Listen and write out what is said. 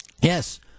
yes